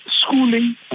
schooling